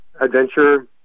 adventure